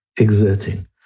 exerting